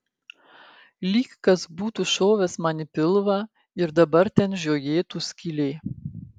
lyg kas būtų šovęs man į pilvą ir dabar ten žiojėtų skylė